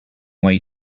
wait